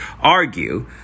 argue